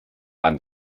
and